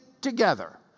together